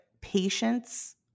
patience